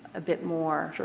a bit more. sure.